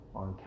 on